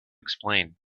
explain